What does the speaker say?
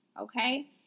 okay